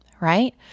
right